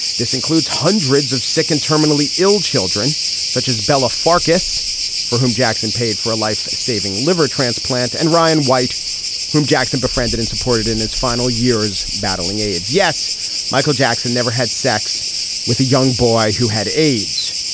this includes hundreds of sick and terminally ill children such as bella farkas for whom jackson paid for a life saving liver transplant and ryan white whom jackson befriended and supported in his final years battling aids. yes michael jackson never had sex with a young boy who had aids.